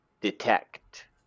Detect